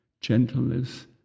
gentleness